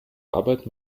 arbeit